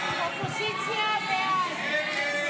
ההסתייגויות לסעיף 19